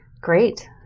great